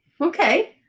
Okay